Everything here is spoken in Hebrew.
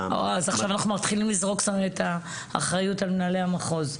--- עכשיו אנחנו מתחילים לזרוק את האחריות על מנהלי המחוז?